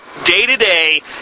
day-to-day